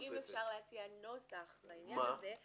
האם אפשר להציע נוסח בעניין הזה?